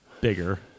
bigger